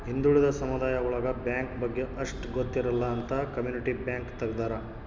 ಹಿಂದುಳಿದ ಸಮುದಾಯ ಒಳಗ ಬ್ಯಾಂಕ್ ಬಗ್ಗೆ ಅಷ್ಟ್ ಗೊತ್ತಿರಲ್ಲ ಅಂತ ಕಮ್ಯುನಿಟಿ ಬ್ಯಾಂಕ್ ತಗ್ದಾರ